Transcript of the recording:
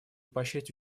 поощрять